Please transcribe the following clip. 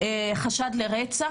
חשד לרצח,